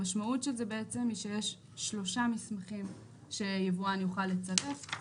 המשמעות של זה בעצם היא שיש שלושה מסמכים שיבואן יוכל לצרף.